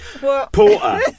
Porter